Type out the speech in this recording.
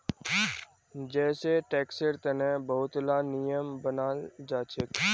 जै सै टैक्सेर तने बहुत ला नियम बनाल जाछेक